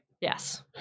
Yes